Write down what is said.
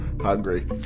Hungry